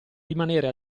rimanere